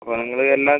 അപ്പം നിങ്ങൾ എല്ലാ